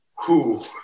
Cool